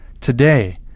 today